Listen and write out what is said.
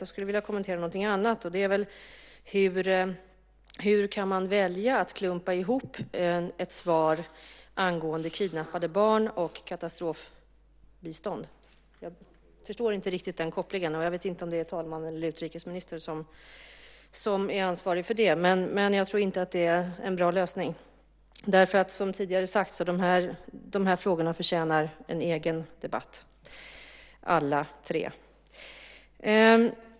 Jag skulle vilja kommentera någonting annat, och det är hur man kan välja att klumpa ihop ett svar angående kidnappade barn och katastrofbistånd. Jag förstår inte riktigt den kopplingen. Jag vet inte om det är talmannen eller utrikesministern som är ansvarig för den, men jag tror inte att det är en bra lösning. Som tidigare sagts förtjänar alla de här tre frågorna en egen debatt.